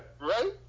Right